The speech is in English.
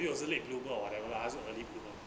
maybe 我是 a late bloomer lah or whatever 他是 early bloomer